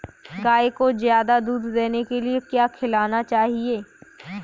गाय को ज्यादा दूध देने के लिए क्या खिलाना चाहिए?